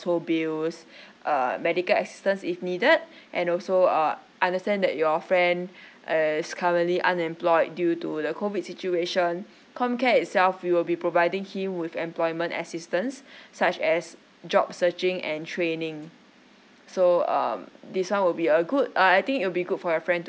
hold bills err medical assistance if needed and also uh understand that your friend is currently unemployed due to the COVID situation comcare itself we will be providing him with employment assistance such as job searching and training so um this one will be a good uh I think it'll be good for your friend to